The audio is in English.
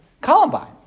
Columbine